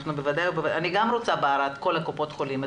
אני גם רוצה בערד את כל קופות החולים.